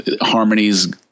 harmonies